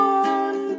one